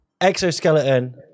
exoskeleton